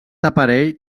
aparell